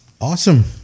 Awesome